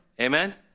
Amen